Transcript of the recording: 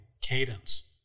cadence